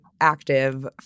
active